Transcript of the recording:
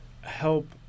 help